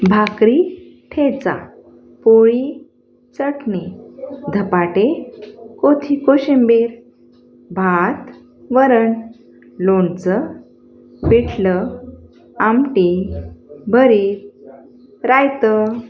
भाकरी ठेचा पोळी चटणी धपाटे कोथी कोशिंबीर भात वरण लोणचं पिठलं आमटी भरीत रायतं